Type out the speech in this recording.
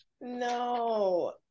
No